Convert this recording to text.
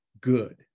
good